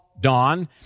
Dawn